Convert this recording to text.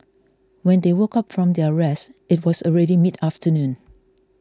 when they woke up from their rest it was already mid afternoon